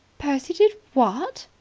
percy did what?